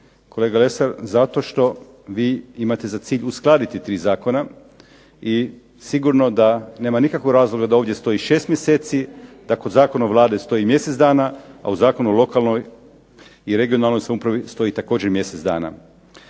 Kolega Lesar zato što vi imate za cilj uskladiti 3 zakona i sigurno da nema nikakvog razloga da ovdje stoji 6 mjeseci, da kod Zakonu o Vladi stoji mjesec dana, a u Zakonu o lokalnoj i regionalnoj samoupravi stoji također mjesec dana.